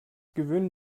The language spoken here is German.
gewöhne